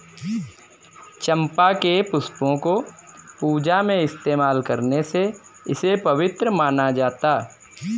चंपा के पुष्पों को पूजा में इस्तेमाल करने से इसे पवित्र माना जाता